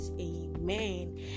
Amen